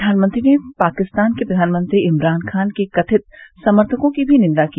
प्रधानमंत्री ने पाकिस्तान के प्रधानमंत्री इमरान खान के कथित सम्थकों की भी निन्दा की